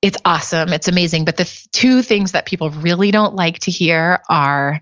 it's awesome, it's amazing, but the two things that people really don't like to hear are,